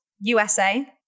USA